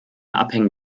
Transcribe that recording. abhängen